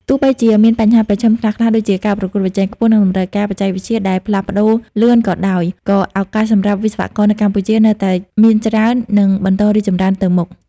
ទោះបីជាមាន បញ្ហាប្រឈមខ្លះៗដូចជាការប្រកួតប្រជែងខ្ពស់ និងតម្រូវការបច្ចេកវិទ្យាដែលផ្លាស់ប្ដូរលឿនក៏ដោយក៏ឱកាសសម្រាប់វិស្វករនៅកម្ពុជានៅតែមានច្រើននិងបន្តរីកចម្រើនទៅមុខ។